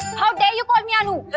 how dare you call me anu?